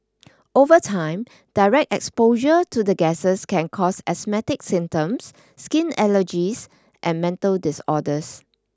over time direct exposure to the gases can cause asthmatic symptoms skin allergies and mental disorders